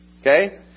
Okay